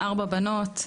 ארבע בנות,